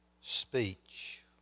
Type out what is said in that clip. speech